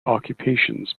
occupations